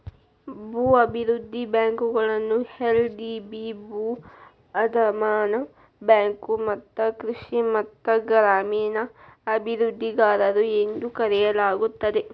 ಭೂ ಅಭಿವೃದ್ಧಿ ಬ್ಯಾಂಕುಗಳನ್ನ ಎಲ್.ಡಿ.ಬಿ ಭೂ ಅಡಮಾನ ಬ್ಯಾಂಕು ಮತ್ತ ಕೃಷಿ ಮತ್ತ ಗ್ರಾಮೇಣ ಅಭಿವೃದ್ಧಿಗಾರರು ಎಂದೂ ಕರೆಯಲಾಗುತ್ತದೆ